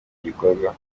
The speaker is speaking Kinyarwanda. gikorwa